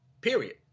period